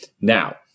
Now